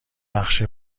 بخش